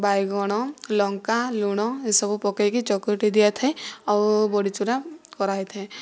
ବାଇଗଣ ଲଙ୍କା ଲୁଣ ଏସବୁ ପକେଇକି ଚକଟି ଦିଆଥାଏ ଆଉ ବଡ଼ିଚୂରା କରାହେଇଥାଏ